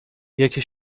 یکی